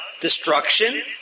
destruction